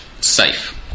safe